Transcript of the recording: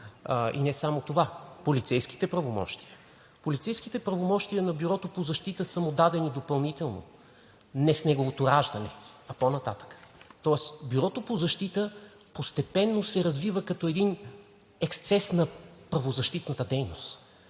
и не само това – полицейските правомощия? Полицейските правомощия на Бюрото по защита са му дадени допълнително, не с неговото раждане, а по-нататък. Тоест Бюрото по защита постепенно се развива като един ексцес на правозащитната дейност,